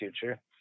future